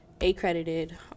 accredited